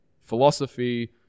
philosophy